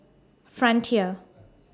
Frontier